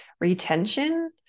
retention